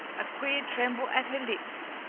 a queer tremble at her lips,